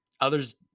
Others